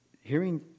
hearing